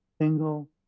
single